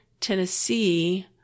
Tennessee